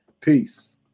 Peace